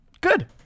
Good